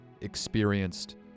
experienced